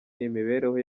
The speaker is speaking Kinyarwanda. n’imibereho